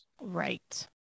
Right